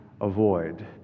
avoid